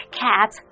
cat